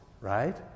right